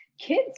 kids